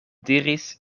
diris